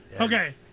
Okay